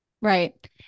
Right